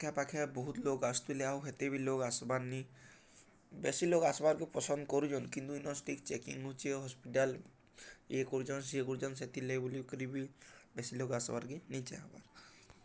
ଆଖାପାଖେ ବହୁତ୍ ଲୋଗ୍ ଆସୁଥିଲେ ଆଉ ହେତେ ବି ଲୋକ ଆସବାର୍ନିି ବେଶୀ ଲୋକ ଆସବାର୍କେ ପସନ୍ଦ କରୁଚନ୍ କିନ୍ତୁ ଇନ ଷ୍ଟିକ୍ ଚେକିଙ୍ଗ ହଉଚେ ହସ୍ପିଟାଲ୍ ଇଏ କରୁଛନ୍ ସିଏ କରୁଛନ୍ ସେତିିର୍ଲାଗି ବୋଲିକରି ବି ବେଶୀ ଲୋକ ଆସବାର୍କେ ନିଚାହେଁ